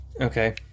Okay